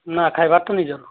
ନା ଖାଇବାର ତ ନିଜର